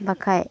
ᱵᱟᱠᱷᱟᱡ